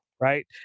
right